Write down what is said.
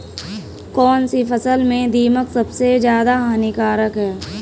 कौनसी फसल में दीमक सबसे ज्यादा हानिकारक है?